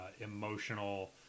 emotional